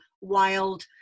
wild